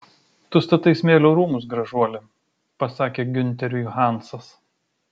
tu statai smėlio rūmus gražuoli pasakė giunteriui hansas